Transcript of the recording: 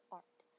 art